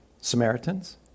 Samaritans